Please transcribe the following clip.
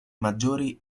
maggiori